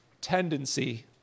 tendency